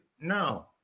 No